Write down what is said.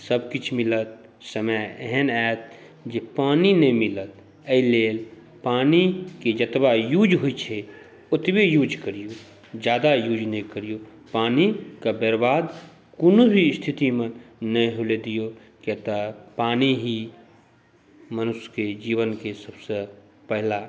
सभ किछु मिलत समय एहन आयत जे पानि नहि मिलत एहि लेल पानिके जतबा युज होइ छै ओतबे युज करिऔ ज्यादा युज नहि करिऔ पानिक बर्बाद कोनो भी स्थितिमे नहि होए ला दिऔ किआ तऽ पानि ही मनुष्यके जीवनके सभसँ पहिला